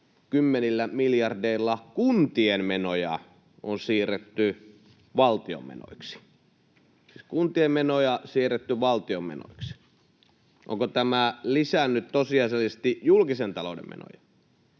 kymmenillä miljardeilla kuntien menoja on siirretty valtion menoiksi — siis kuntien menoja siirretty valtion menoiksi. Onko tämä lisännyt tosiasiallisesti julkisen talouden menoja?